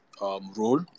role